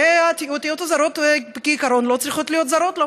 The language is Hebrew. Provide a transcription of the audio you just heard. והאותיות הזרות כעיקרון לא צריכות להיות זרות לו.